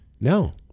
No